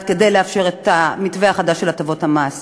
כדי לאפשר את המתווה החדש של הטבות המס,